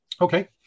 Okay